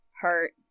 hurt